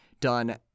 done